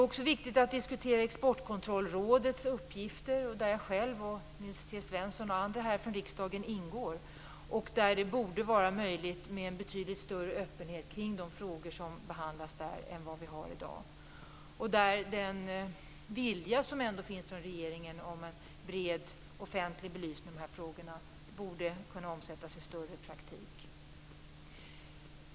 Man måste också diskutera Exportkontrollrådets uppgifter, där jag själv, Nils T Svensson och andra här från riksdagen ingår. Det borde vara möjligt med en betydligt större öppenhet kring de frågor som där behandlas än vad det är i dag. Den ambition som ändå finns hos regeringen om en bred och offentlig belysning av dessa frågor borde kunna omsättas i större praktik.